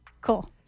cool